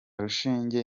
rushinge